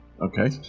Okay